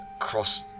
cross-